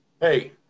hey